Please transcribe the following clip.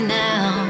now